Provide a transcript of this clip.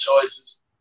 choices